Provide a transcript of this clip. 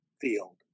field